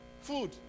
Food